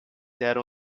eram